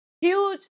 Huge